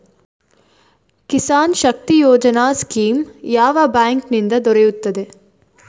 Kisan Shakti Yojana scheme ಯಾವ bank ನಿಂದ ದೊರೆಯುತ್ತದೆ?